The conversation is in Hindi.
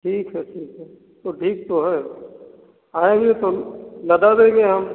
ठीक है ठीक है तो ठीक तो है आएँगे तो लगा देंगे हम